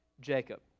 Jacob